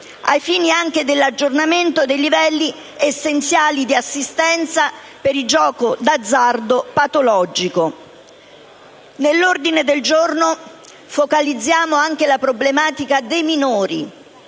ai fini dell'aggiornamento dei livelli essenziali di assistenza per il gioco d'azzardo patologico. Nell'ordine del giorno focalizziamo anche la problematica dei minori.